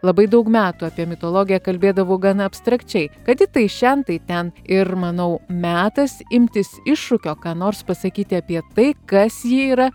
labai daug metų apie mitologiją kalbėdavau gana abstrakčiai kad ji tai šen tai ten ir manau metas imtis iššūkio ką nors pasakyti apie tai kas ji yra